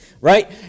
right